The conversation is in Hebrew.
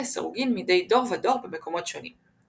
לסירוגין מידי דור ודור במקומות שונים.